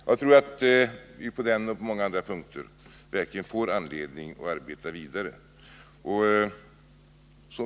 Jag tror att vi på den punkten och på många andra verkligen får anledning att arbeta vidare.